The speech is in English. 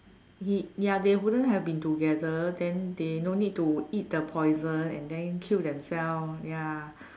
he ya they wouldn't have been together then they don't need to eat the poison and then kill themselves ya